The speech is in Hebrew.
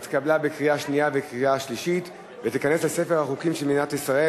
התקבלה בקריאה שנייה וקריאה שלישית ותיכנס לספר החוקים של מדינת ישראל.